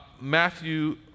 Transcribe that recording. Matthew